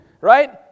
right